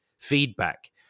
feedback